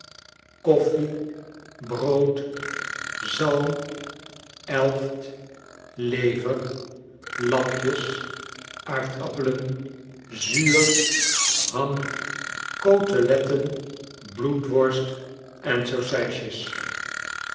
koffie brood boter zalm elft lever lapjes aardappelen zuur ham coteletten bloedworst en saucijsjes